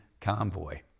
convoy